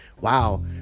Wow